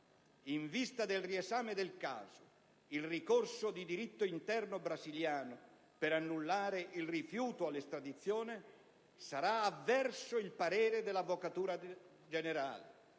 In vista del riesame del caso, il ricorso di diritto interno brasiliano per annullare il rifiuto dell'estradizione sarà avverso il parere dell'Avvocatura generale,